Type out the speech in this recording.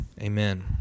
Amen